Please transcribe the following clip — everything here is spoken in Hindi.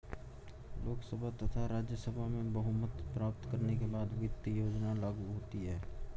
लोकसभा तथा राज्यसभा में बहुमत प्राप्त करने के बाद वित्त योजना लागू होती है